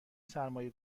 سرمایه